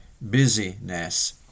busyness